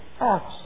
acts